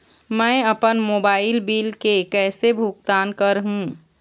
मैं अपन mobile bill के कैसे भुगतान कर हूं?